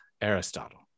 Aristotle